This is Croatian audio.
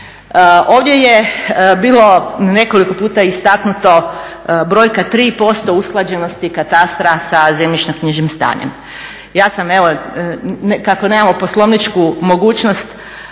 Ovdje je bilo nekoliko puta istaknuto brojka 3% usklađenosti katastra sa zemljišno-knjižnim stanjem. Ja sam evo, kako nemamo poslovničku mogućnost